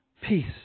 Peace